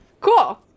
Cool